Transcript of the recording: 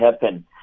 happen